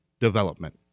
development